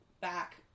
back